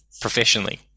professionally